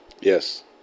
Yes